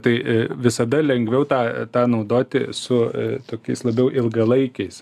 tai visada lengviau tą tą naudoti su tokiais labiau ilgalaikiais